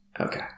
Okay